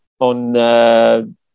on